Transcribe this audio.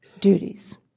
duties